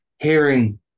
hearing